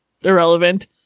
Irrelevant